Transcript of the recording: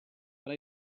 but